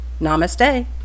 Namaste